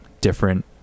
different